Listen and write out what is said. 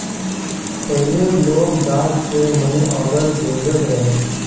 पहिले लोग डाक से मनीआर्डर भेजत रहे